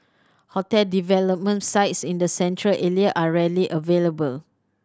hotel development sites in the Central Area are rarely available